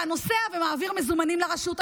אתה נוסע ומעביר מזומנים לרשות.